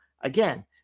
again